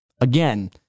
Again